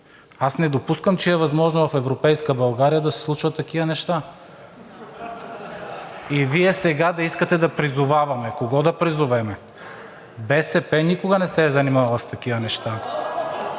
Аз не допускам, че е възможно в европейска България да се случват такива неща и Вие сега да искате да призоваваме. Кого да призовем?! (Шум и реплики.) БСП никога не се е занимавала с такива неща.